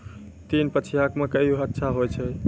तीन पछिया मकई अच्छा होय छै?